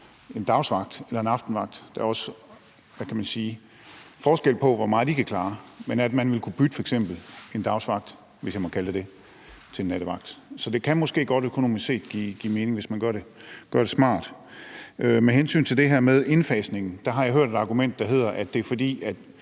en dagvagt eller en aftenvagt – der er også forskel på, hvor meget de kan klare – ville kunne bytte en dagvagt, hvis jeg må kalde det dét, til en nattevagt. Så det kan måske godt give mening økonomisk set, hvis man gør det smart. Med hensyn til det her med indfasningen har jeg hørt argumentet, at det er, fordi